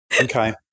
Okay